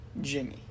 Jimmy